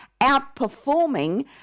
outperforming